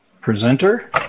presenter